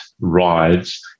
rides